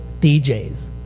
DJs